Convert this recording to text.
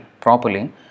properly